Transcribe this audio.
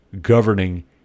governing